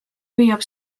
püüab